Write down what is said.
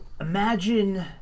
Imagine